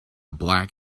black